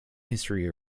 history